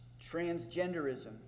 transgenderism